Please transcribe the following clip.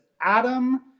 Adam